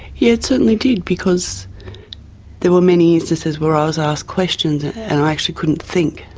it certainly did because there were many instances where i was asked questions and i actually couldn't think,